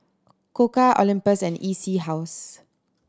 Koka Olympus and E C House